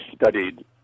studied